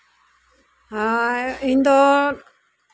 ᱤᱧ ᱫᱚ